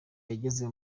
yageze